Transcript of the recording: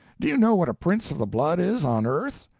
do you know what a prince of the blood is, on earth?